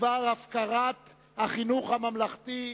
בדבר הפקרת החינוך הממלכתי,